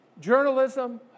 journalism